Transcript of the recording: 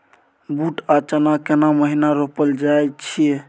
बूट आ चना केना महिना रोपल जाय छै?